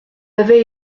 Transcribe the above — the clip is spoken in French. avait